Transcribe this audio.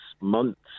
months